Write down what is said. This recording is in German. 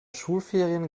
schulferien